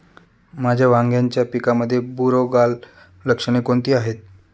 माझ्या वांग्याच्या पिकामध्ये बुरोगाल लक्षणे कोणती आहेत?